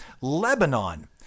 Lebanon